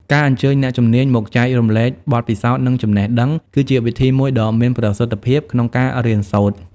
ការអញ្ជើញអ្នកជំនាញមកចែករំលែកបទពិសោធន៍ និងចំណេះដឹង គឺជាវិធីមួយដ៏មានប្រសិទ្ធភាពក្នុងការរៀនសូត្រ។